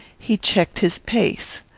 he checked his pace.